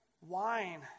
wine